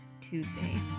Tuesday